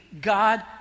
God